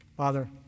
Father